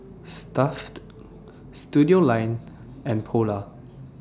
Stuff'd Studioline and Polar